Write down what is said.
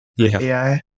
AI